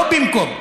לא במקום,